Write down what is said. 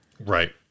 Right